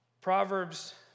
Proverbs